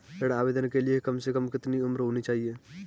ऋण आवेदन के लिए कम से कम कितनी उम्र होनी चाहिए?